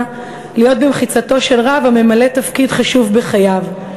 להיות במחיצתו של רב הממלא תפקיד חשוב בחייו.